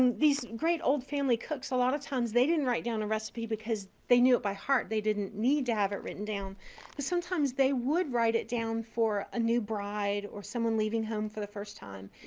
and these great old family cooks, a lot of times they didn't write down a recipe because they knew it by heart. they didn't need to have it written down. but sometimes they would write it down for a new bride or someone leaving home for the first time.